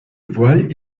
voiles